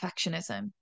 perfectionism